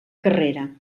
carrera